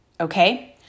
okay